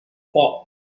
foc